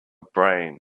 brain